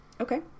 Okay